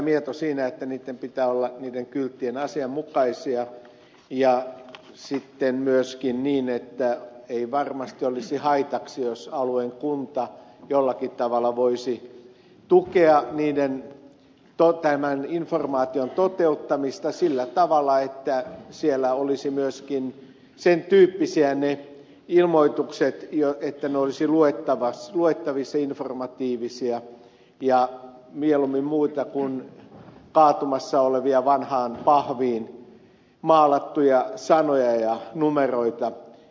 mieto siinä että niiden kylttien pitää olla asianmukaisia ja sitten on myöskin niin että ei varmasti olisi haitaksi jos alueen kunta jollakin tavalla voisi tukea tämän informaation toteuttamista sillä tavalla että siellä olisivat myöskin sen tyyppisiä ne ilmoitukset että ne olisivat luettavissa informatiivisina ja mieluummin muita kuin kaatumassa olevia vanhaan pahviin maalattuja sanoja ja numeroita